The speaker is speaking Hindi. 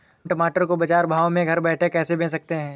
हम टमाटर को बाजार भाव में घर बैठे कैसे बेच सकते हैं?